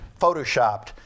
photoshopped